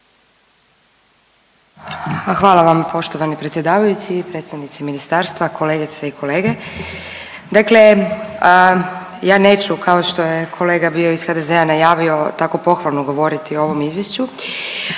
Hvala vam poštovani predsjedavajući. Predstavnici ministrova, kolegice i kolege. Dakle, ja neću kao što je kolega bio iz HDZ-a najavio tako pohvalno govoriti o ovom izvješću